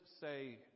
say